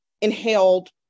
inhaled